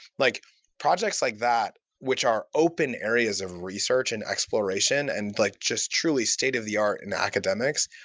like projects like that, which are open areas of research and exploration and like just truly state of the art in academics,